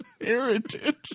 heritage